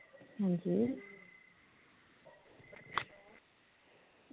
अंजी